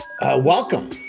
welcome